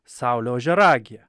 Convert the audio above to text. saulė ožiaragyje